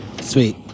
Sweet